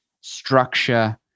structure